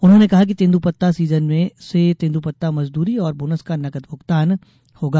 उन्होंने कहा कि तेंद्रपत्ता सीजन से तेंद्रपत्ता मजदूरी और बोनस का नगद भुगतान होगा